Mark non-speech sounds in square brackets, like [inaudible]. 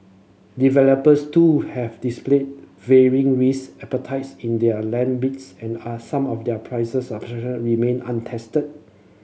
developers too have displayed varying risk appetites in their land bids and are some of their prices [unintelligible] remain untested